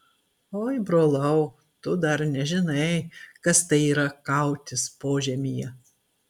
oi brolau tu dar nežinai kas tai yra kautis požemyje